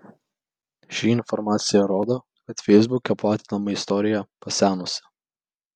ši informacija rodo kad feisbuke platinama istorija pasenusi